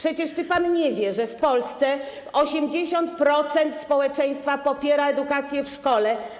Czy pan nie wie, że w Polsce 80% społeczeństwa popiera edukację w szkole?